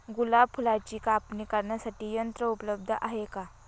गुलाब फुलाची कापणी करण्यासाठी यंत्र उपलब्ध आहे का?